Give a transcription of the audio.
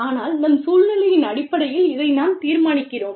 ஆனால் நம் சூழ்நிலையின் அடிப்படையில் இதை நாம் தீர்மானிக்கிறோம்